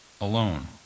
alone